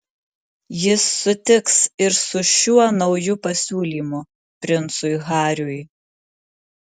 jis sutiks ir su šiuo nauju pasiūlymu princui hariui